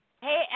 hey